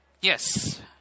Yes